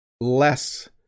less